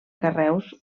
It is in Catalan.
carreus